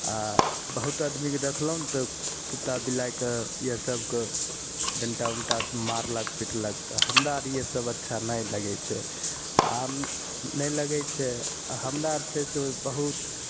आ बहुत आदमीके देखलहुॅं ने तऽ कुत्ता बिलाइके इहए सबके डण्टा उण्टासॅं मारलक पिटलक तऽ हमरालिये सब अच्छा नहि लगै छै आ नहि लगै छै हमरा छै से बहुत